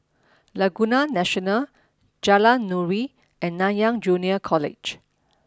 Laguna National Jalan Nuri and Nanyang Junior College